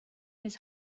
his